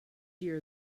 year